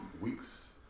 weeks